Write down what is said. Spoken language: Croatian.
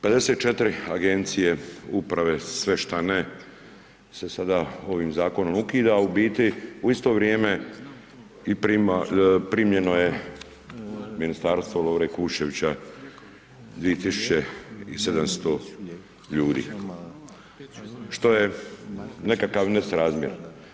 54 Agencije, uprave, sve šta ne, se sada ovim Zakonom ukida, u biti u isto vrijeme i primljeno je u Ministarstvo Lovre Kuščevića 2700 ljudi, što je nekakav nesrazmjer.